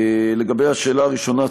1. לגבי השאלה הראשונה,